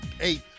eight